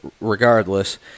regardless